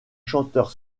chanteur